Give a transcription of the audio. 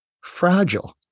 fragile